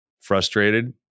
frustrated